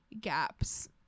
gaps